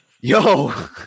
yo